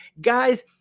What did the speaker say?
Guys